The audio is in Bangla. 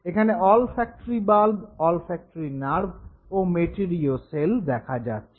এখানে অলফ্যাক্টরি বাল্ব অলফ্যাক্টরি নার্ভ ও মেটেরিও সেল দেখা যাচ্ছে